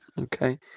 Okay